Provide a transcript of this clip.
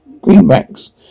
greenbacks